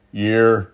year